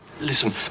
listen